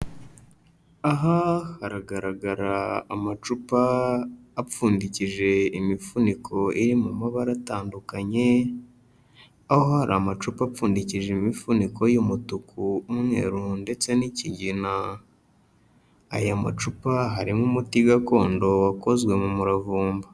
Aha haragaragara amacupa apfundikije imifuniko iri mu mabara atandukanye aho hari amacupa apfundikishije imifuniko y'umutuku, umweru ndetse n'ikigina, aya macupa harimo umuti gakondo wakozwe mu muravumba.